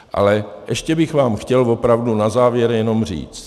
Ale ještě bych vám chtěl opravdu na závěr jenom říct.